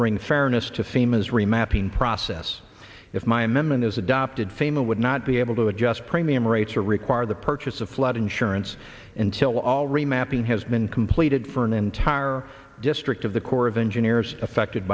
bring fairness to famous remapping process if my amendment is adopted fame would not be able to adjust premium rates or require the purchase of flood insurance until all remapping has been completed for an entire district of the corps of engineers affected